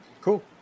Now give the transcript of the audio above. Cool